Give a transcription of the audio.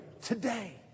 today